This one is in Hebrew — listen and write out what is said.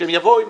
שהם יבואו עם